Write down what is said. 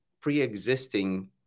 pre-existing